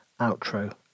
outro